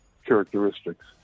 characteristics